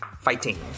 Fighting